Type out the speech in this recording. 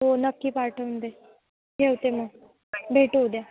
हो नक्की पाठवून दे ठेवते मग भेटू उद्या